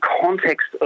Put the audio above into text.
context